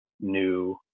new